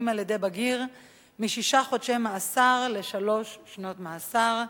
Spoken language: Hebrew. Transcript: על-ידי בגיר משישה חודשי מאסר לשלוש שנות מאסר,